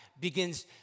begins